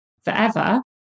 forever